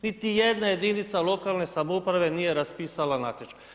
Niti jedna jedinica lokalne samouprave nije raspisala natječaj.